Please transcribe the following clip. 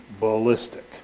ballistic